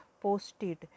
posted